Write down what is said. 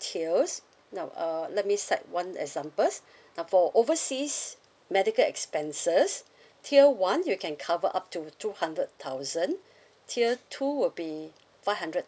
tiers now uh let me set one examples now for overseas medical expenses tier one you can cover up to two hundred thousand tier two would be five hundred